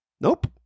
Nope